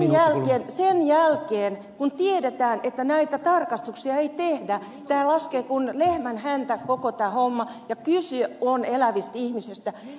sen jälkeen kun tiedetään että näitä tarkastuksia ei tehdä tämä koko homma laskee kuin lehmän häntä ja kyse on elävistä ihmisistä